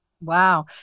Wow